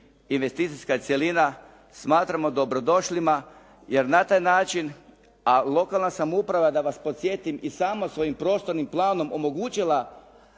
investicijska cjelina smatramo dobrodošlima jer na taj način, a lokalna samouprava da vas podsjetim i sama svojim prostornim planom omogućila